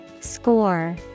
Score